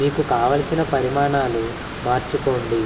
మీకు కావాల్సిన పరిమాణాలు మార్చుకోండి